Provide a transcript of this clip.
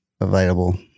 available